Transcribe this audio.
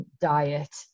diet